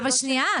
אבל שנייה,